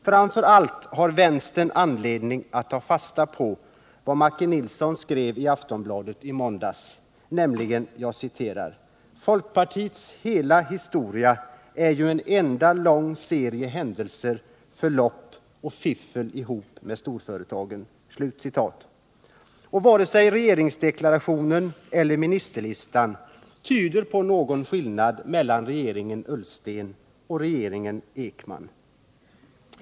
Framför allt har vänstern anledning att ta fasta på vad Macke Nilsson skrev i Aftonbladet i måndags, nämligen: ”—-—— folkpartiets hela historia är ju en enda lång serie händelser och förlopp — fiffel ihop med storföretagen.” Och varken regeringsdeklarationen eller ministerlistan tyder på någon skillnad mellan regeringen Ullsten och regeringen Ekman.